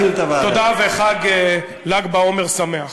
אני באמת לא מבין, כולנו מסכימים, גם אין ויכוח.